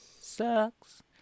Sucks